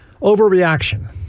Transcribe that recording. Overreaction